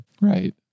Right